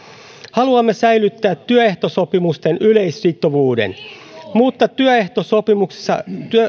haluamme säilyttää työehtosopimusten yleissitovuuden mutta työehtosopimuksissa